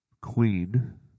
queen